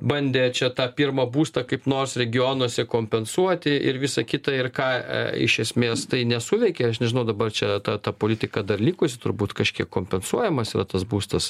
bandė čia tą pirmą būstą kaip nors regionuose kompensuoti ir visa kita ir ką iš esmės tai nesuveikė aš nežinau dabar čia ta ta politika dar likusi turbūt kažkiek kompensuojamas yra tas būstas